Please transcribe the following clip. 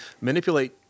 manipulate